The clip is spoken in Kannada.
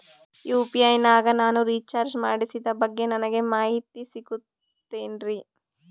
ಯು.ಪಿ.ಐ ನಾಗ ನಾನು ರಿಚಾರ್ಜ್ ಮಾಡಿಸಿದ ಬಗ್ಗೆ ನನಗೆ ಮಾಹಿತಿ ಸಿಗುತೇನ್ರೀ?